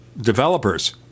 developers